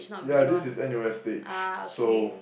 ya this is N_U_S-stage so